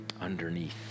underneath